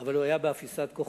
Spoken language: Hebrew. אבל הוא היה באפיסת כוחות.